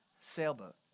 sailboat